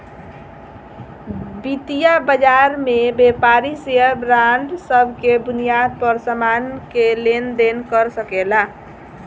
वितीय बाजार में व्यापारी शेयर बांड सब के बुनियाद पर सामान के लेन देन कर सकेला